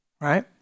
Right